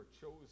chosen